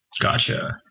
Gotcha